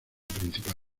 principal